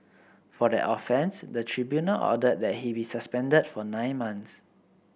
for that offence the tribunal ordered that he be suspended for nine months